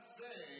say